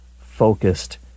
focused